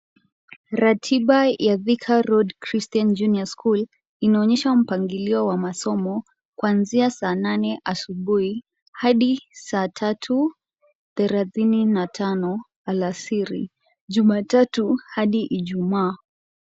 Ratiba ya Thika Road Christian junior school , inaonyesha mpangilio wa masomo kuanzia saa nane asubuhi, hadi saa tatu thelathini na tano alasiri, Jumatatu hadi Ijumaa.